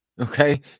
Okay